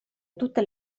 tutte